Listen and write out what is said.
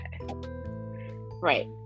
Right